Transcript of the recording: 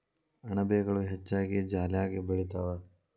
ಅಣಬೆಗಳು ಹೆಚ್ಚಾಗಿ ಜಾಲ್ಯಾಗ ಬೆಳಿತಾವ